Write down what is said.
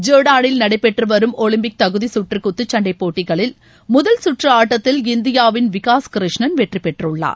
ஜோர்டானில் நடைபெற்று வரும் ஒலிம்பிக் தகுதிச்சுற்று குத்துச்சண்டை போட்டிகளில் முதல் சுற்று ஆட்டத்தில் இந்தியாவின் விகாஸ் கிர்ஷ்ணன் வெற்றி பெற்றுள்ளார்